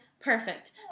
Perfect